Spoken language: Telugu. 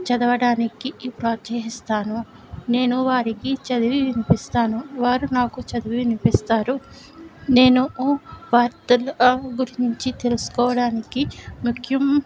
చదవటానికి ప్రోత్సహిస్తాను నేను వారికి చదివి వినిపిస్తాను వారు నాకు చదివి వినిపిస్తారు నేను వార్తల గురించి తెలుసుకోవడానికి ముఖ్యం